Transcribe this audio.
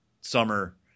summer